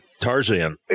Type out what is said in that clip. Tarzan